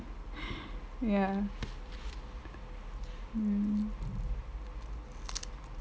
ya mm